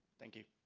thank you.